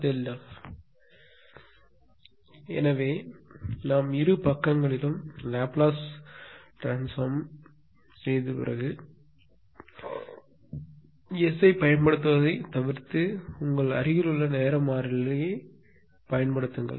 Δf எனவே நாம் இரு பக்கங்களிலும் லாப்லேஸ் உருமாற்றத்தை பின்னர் எடுப்போம் ஆனால் S ஐப் பயன்படுத்துவதைத் தவிர்த்து உங்கள் அருகிலுள்ள நேர மாறிலியைப் பயன்படுத்துங்கள்